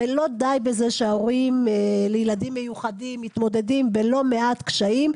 שלא די בזה שההורים לילדים מיוחדים מתמודדים בלא מעט קשיים,